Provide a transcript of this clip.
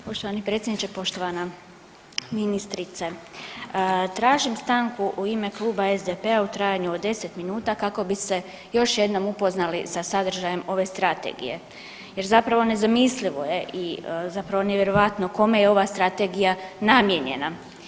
Poštovani predsjedniče, poštovana ministrice, tražim stanku u ime Kluba SDP-a u trajanju od 10 minuta kako bi se još jednom upoznali sa sadržajem ove strategije jer zapravo nezamislivo je i zapravo nevjerojatno kome je ova strategija namijenjena.